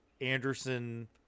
Anderson